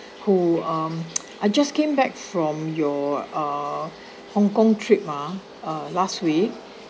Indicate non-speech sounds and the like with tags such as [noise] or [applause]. who um [noise] I just came back from your uh hongkong trip ah uh last week